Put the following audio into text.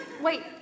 Wait